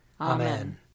Amen